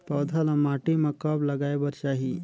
पौधा ल माटी म कब लगाए बर चाही?